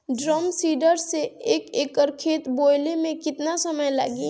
Drum seeder से एक एकड़ खेत बोयले मै कितना समय लागी?